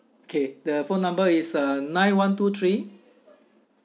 okay the phone number is uh nine one two three